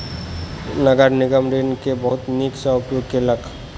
नगर निगम ऋण के बहुत नीक सॅ उपयोग केलक